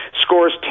scores